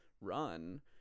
run